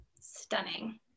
stunning